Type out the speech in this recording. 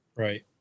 Right